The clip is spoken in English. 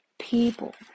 people